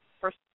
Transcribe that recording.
First